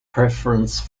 preference